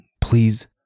please